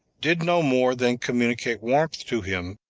did no more than communicate warmth to him,